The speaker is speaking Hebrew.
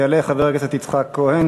יעלה חבר הכנסת יצחק כהן,